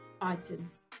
items